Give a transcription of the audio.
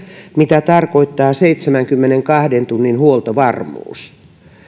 mitä tarkoittaa seitsemänkymmenenkahden tunnin huoltovarmuus